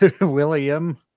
William